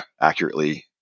accurately